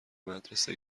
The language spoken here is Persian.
مدرسه